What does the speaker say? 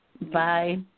Bye